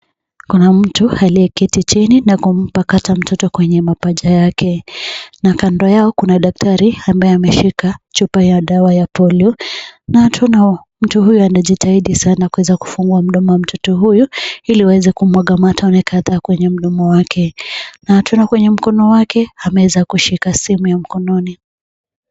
Kuna mtu aliyeketi chini na kumpakata mtoto kwenye mapaja yake na kando yao kuna daktari ambaye ameshika chupa ya dawa ya polio na tuna mtu huyo anajitahidi sana kuweza kufungua mdomo wa mtoto huyo ili waweze kumwaga matone kadhaa kwenye mdomo wake na tuna kwenye mkono wake ameweza kushika simu ya mkononi.